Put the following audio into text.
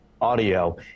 Audio